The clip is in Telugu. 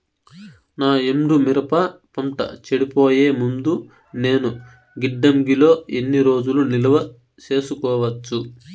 నా ఎండు మిరప పంట చెడిపోయే ముందు నేను గిడ్డంగి లో ఎన్ని రోజులు నిలువ సేసుకోవచ్చు?